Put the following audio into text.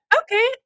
Okay